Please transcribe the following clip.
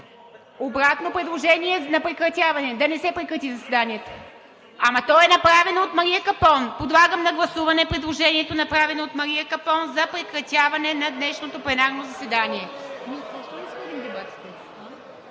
Обратно предложение на прекратяване? Да не се прекрати заседанието? (Реплика от Любомир Каримански.) Ама то е направено от Мария Капон. Подлагам на гласуване предложението, направено от Мария Капон за прекратяване на днешното пленарно заседание.